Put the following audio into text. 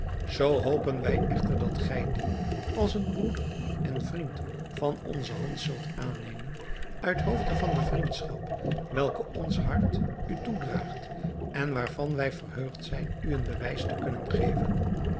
zoo hopen wij echter dat gij die als een broeder en vriend van onze hand zult aannemen uit hoofde van de vriendschap welke ons hart u toedraagt en waarvan wij verheugd zijn u een bewijs te kunnen geven